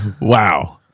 Wow